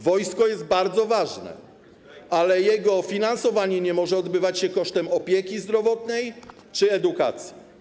Wojsko jest bardzo ważne, ale jego finansowanie nie może odbywać się kosztem opieki zdrowotnej czy edukacji.